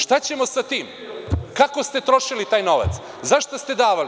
Šta ćemo sa tim, kako ste trošili taj novac, zašta ste davali?